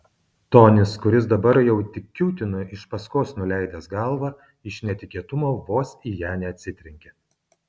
tonis kuris dabar jau tik kiūtino iš paskos nuleidęs galvą iš netikėtumo vos į ją neatsitrenkė